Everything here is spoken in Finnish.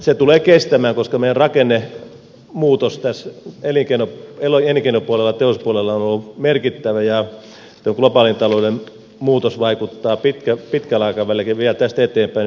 se tulee kestämään koska meidän rakennemuutoksemme tässä elinkeinopuolella teollisuuspuolella on ollut merkittävä ja tämä globaalin talouden muutos vaikuttaa pitkällä aikavälillä vielä tästä eteenpäinkin